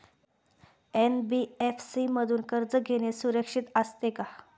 NBFC मधून कर्ज घेणे सुरक्षित असते का?